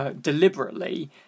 deliberately